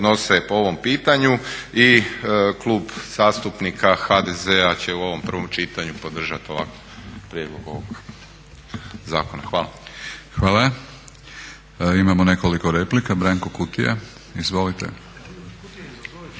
(HNS)** Hvala. Imamo nekoliko replika. Branko Kutija, izvolite.